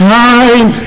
time